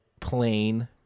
plain